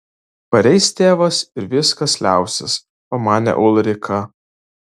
pareis tėvas ir viskas liausis pamanė ulrika